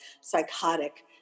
psychotic